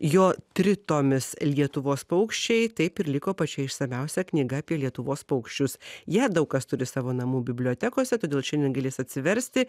jo tritomis lietuvos paukščiai taip ir liko pačia išsamiausia knyga apie lietuvos paukščius ją daug kas turi savo namų bibliotekose todėl šiandien galės atsiversti